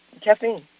caffeine